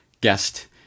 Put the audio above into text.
guest